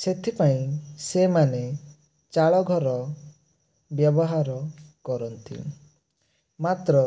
ସେଥିପାଇଁ ସେମାନେ ଚାଳଘର ବ୍ୟବହାର କରନ୍ତି ମାତ୍ର